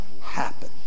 happen